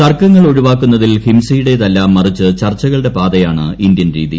തർക്കങ്ങൾ ഒഴിവാക്കുന്നതിൽ ഹിംസയുടേതല്ല മറിച്ച് ചർച്ചകളുടെ പാതയാണ് ഇന്ത്യൻ രീതി